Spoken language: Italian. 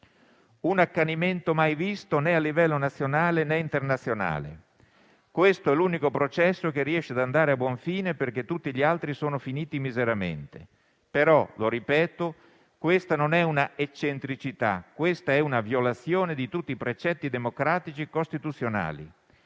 «Un accanimento mai visto né a livello nazionale né internazionale»; «questo è l'unico processo che riesce ad andare a buon fine perché tutti gli altri sono finiti miseramente»; «Però - lo ripeto - questa non è una eccentricità, questa è una violazione di tutti i precetti democratici costituzionali...